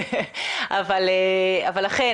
אבל אכן,